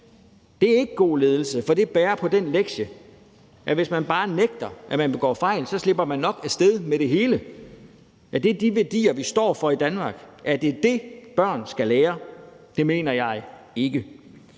Det er ikke god ledelse, for det bærer på den lektie, at hvis man bare nægter, at man begår fejl, slipper man nok af sted med det hele. Er det de værdier, vi står for i Danmark? Er det det, børn skal lære? Det mener jeg ikke.